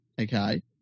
okay